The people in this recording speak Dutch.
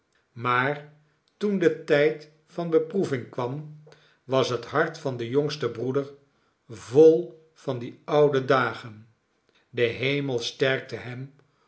maar toen de tijd van beproeving kwam was het hart van den jongsten broeder vol van die oude dagen de hemel sterkte hem